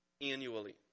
annually